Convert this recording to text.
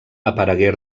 aparegué